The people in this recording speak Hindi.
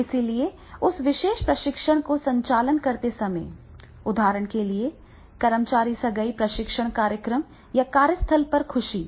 और इसलिए उस विशेष प्रशिक्षण का संचालन करते समय उदाहरण के लिए कर्मचारी सगाई प्रशिक्षण कार्यक्रम या कार्यस्थल पर खुशी